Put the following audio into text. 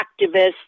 activists